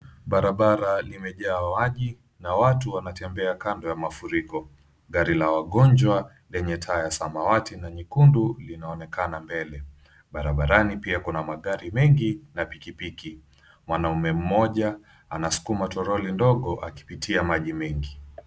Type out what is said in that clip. Barabara imejaa maji na watu wanatembea kando ya mafuriko. Gari la wagonjwa lenye taa la samawati na nyekundu linaonekana mbele. Barabarani pia kuna magari mengi na pikipiki. Mwanaume mmoja anasukuma troli ndogo akipitia maji mingi.